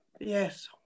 Yes